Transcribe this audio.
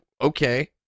okay